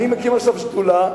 אני מקים עכשיו שדולה.